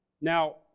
Now